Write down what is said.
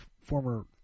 former